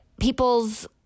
people's